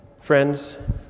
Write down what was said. Friends